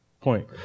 point